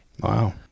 Wow